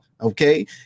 Okay